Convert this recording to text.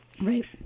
Right